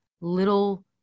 little